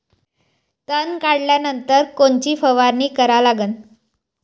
तन काढल्यानंतर कोनची फवारणी करा लागन?